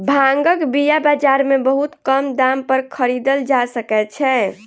भांगक बीया बाजार में बहुत कम दाम पर खरीदल जा सकै छै